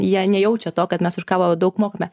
jie nejaučia to kad mes už kavą daug mokame